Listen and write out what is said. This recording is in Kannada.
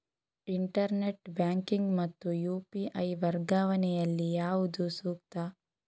ಇಂಟರ್ನೆಟ್ ಬ್ಯಾಂಕಿಂಗ್ ಮತ್ತು ಯು.ಪಿ.ಐ ವರ್ಗಾವಣೆ ಯಲ್ಲಿ ಯಾವುದು ಸೂಕ್ತ?